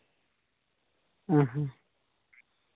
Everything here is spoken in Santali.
ᱦᱮᱸ ᱦᱮᱸ